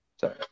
Sorry